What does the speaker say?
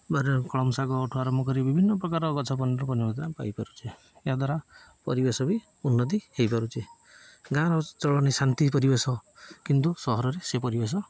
ବାରିର କଳମ ଶାଗଠୁ ଆରମ୍ଭ କରି ବିଭିନ୍ନ ପ୍ରକାର ଗଛ ପନିପରିବା ଆମେ ପାଇପାରୁଛେ ଏହାଦ୍ୱାରା ପରିବେଶ ବି ଉନ୍ନତି ହେଇପାରୁଛି ଗାଁର ଚଳଣି ଶାନ୍ତି ପରିବେଶ କିନ୍ତୁ ସହରରେ ସେ ପରିବେଶ